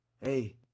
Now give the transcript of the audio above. hey